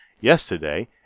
Yesterday